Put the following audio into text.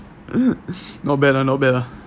not bad ah not bad ah